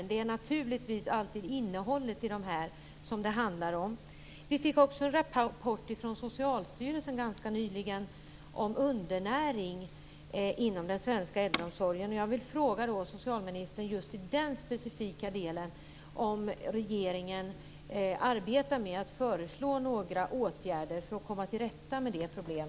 Jag tycker alltså att det finns alla skäl i världen för en värdighetsgaranti, och naturligtvis är det alltid innehållet i begreppen som det handlar om.